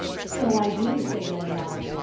so i do, said young robin,